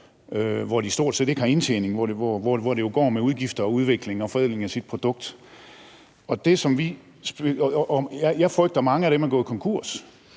hvor de stort set ikke har indtjening, og hvor tiden jo går med udgifter, udvikling og forædling af ens produkt. Jeg frygter, at mange af dem er gået konkurs